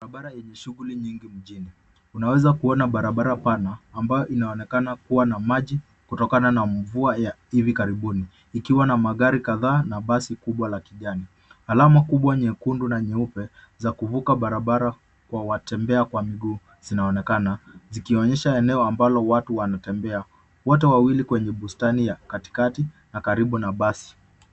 Barabara enye shuguli nyingi mjini. Unaweza kuona barabara pana ambayo inaonekana kuwa na maji kutokana na mvua ya hivi karibuni. Ikiwa na magari kadhaa na basi kubwa la kijani. Alama kubwa nyekundu na nyeupe za kuvuka barabara kwa watembea kwa miguu zinaonekana zikionyesha eneo ambalo watu wanatembea. Watu wawili kwenye bustani ya katikati na karibu na basi.